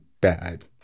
bad